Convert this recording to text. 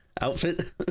outfit